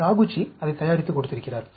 Taguchi அதைத் தயாரித்து கொடுத்திருக்கிறார்